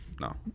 No